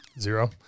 Zero